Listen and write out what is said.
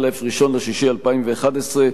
1 ביוני 2011,